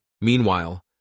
meanwhile